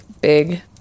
big